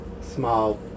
small